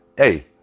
Hey